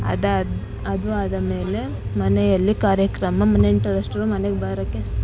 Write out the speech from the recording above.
ಅದಾದ ಅದು ಆದ ಮೇಲೆ ಮನೆಯಲ್ಲಿ ಕಾರ್ಯಕ್ರಮ ಮ ನೆಂಟರು ಅಷ್ಟರಲ್ಲಿ ಮನೆಗೆ ಬರೋಕ್ಕೆ